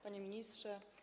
Panie Ministrze!